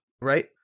right